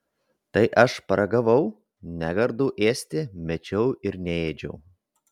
tai aš paragavau negardu ėsti mečiau ir neėdžiau